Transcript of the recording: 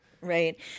Right